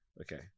Okay